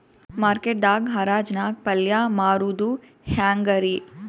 Market ದಾಗ್ ಹರಾಜ್ ನಾಗ್ ಪಲ್ಯ ಮಾರುದು ಹ್ಯಾಂಗ್ ರಿ?